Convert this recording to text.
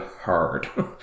hard